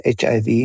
HIV